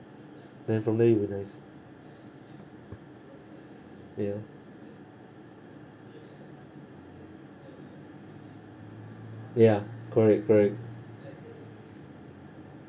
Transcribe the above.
then from there you realise ya ya correct correct